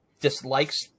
dislikes